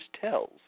tells